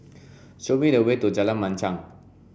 show me the way to Jalan Machang